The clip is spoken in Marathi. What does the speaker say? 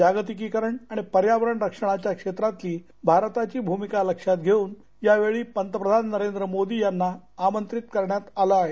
जागतिकीकरण आणि पर्यावरण रक्षणाच्या क्षेत्रातली भारताची भुमिका लक्षात घेऊन यावेळी पंतप्रधान नरेंद्र मोदी यांना आमंत्रित करण्यात आलं आहे